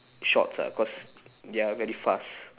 shots ah cause they are very fast